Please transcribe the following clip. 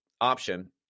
option